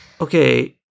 Okay